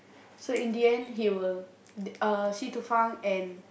so in the end he will uh Si Tu Feng and